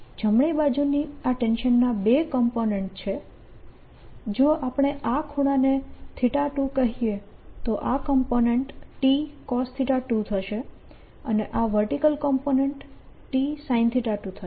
જમણી બાજુની આ ટેન્શનના બે કોમ્પોનેન્ટ છે જો આપણે આ ખૂણાને 2 કહીએ તો આ કોમ્પોનેન્ટ Tcos2 થશે અને આ વર્ટીકલ કોમ્પોનેન્ટ Tsin2 થશે